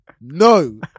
no